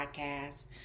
podcast